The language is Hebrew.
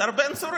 השר בו צור,